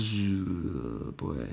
boy